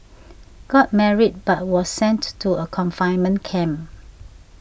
got married but was sent to a confinement camp